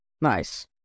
Nice